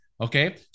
okay